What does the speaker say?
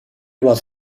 was